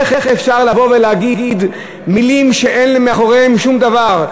איך אפשר לבוא ולהגיד מילים שאין מאחוריהן שום דבר,